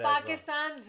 Pakistan